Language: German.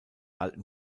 alten